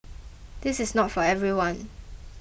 this is not for everyone